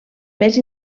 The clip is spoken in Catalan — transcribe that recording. més